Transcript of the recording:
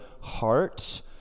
heart